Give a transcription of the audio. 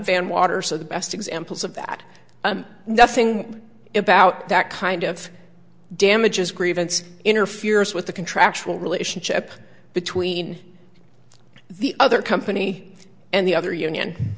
van water so the best examples of that nothing about that kind of damages grievance interferes with the contractual relationship between the other company and the other union